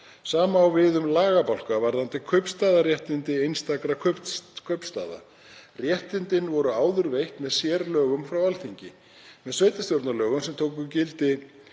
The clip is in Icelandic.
Sama á við um lagabálka varðandi kaupstaðarréttindi einstakra kaupstaða. Réttindin voru áður veitt með sérlögum frá Alþingi. Með sveitarstjórnarlögum, sem tóku gildi